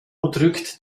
drückt